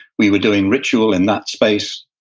we were doing ritual in that space,